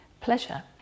pleasure